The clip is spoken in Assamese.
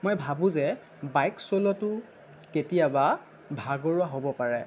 মই ভাবোঁ যে বাইক চলোৱাটো কেতিয়াবা ভাগৰুৱা হ'ব পাৰে